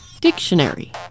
dictionary